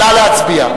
נא להצביע.